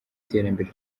iterambere